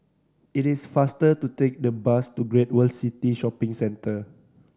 it is faster to take the bus to Great World City Shopping Centre